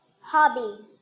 hobby